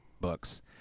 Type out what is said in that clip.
books